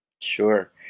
Sure